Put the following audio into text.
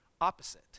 opposite